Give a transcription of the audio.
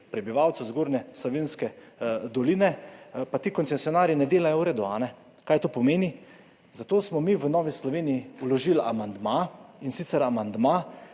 prebivalcev Zgornje Savinjske doline pa ti koncesionarji ne delajo v redu. Kaj to pomeni? Zato smo mi v Novi Sloveniji vložili amandma, in sicer amandma,